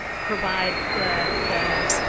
provide the the